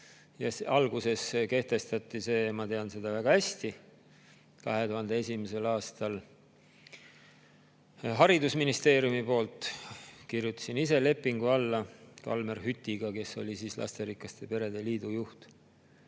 Alguses kehtestati see – ma tean seda väga hästi – 2001. aastal haridusministeeriumi poolt. Kirjutasin ise lepingule alla Kalmer Hütiga, kes oli lasterikaste perede liidu juht.